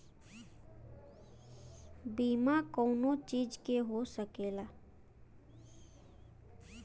बीमा कउनो चीज के हो सकेला